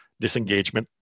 disengagement